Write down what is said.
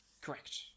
Correct